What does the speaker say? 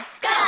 Go